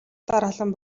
дараалан